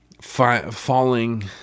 falling